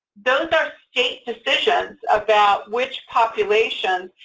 those are state decisions about which populations,